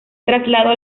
traslado